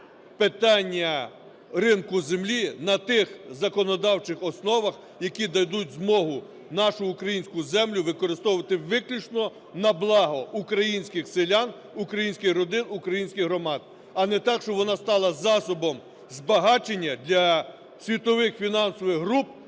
питання ринку землі на тих законодавчих основах, які дадуть змогу нашу українську землю використовувати виключно на благо українських селян, українських родин, українських громад, а не так, щоб вона стала засобом збагачення для світових фінансових груп,